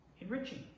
enriching